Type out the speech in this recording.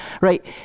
right